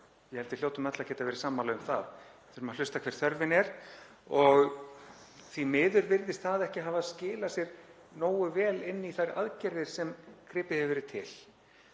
ég held við hljótum öll að geta verið sammála um það. Við þurfum að hlusta á hver þörfin er og því miður virðist það ekki hafa skilað sér nógu vel inn í þær aðgerðir sem gripið hefur verið til.